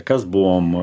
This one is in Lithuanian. kas buvom